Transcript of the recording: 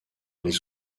les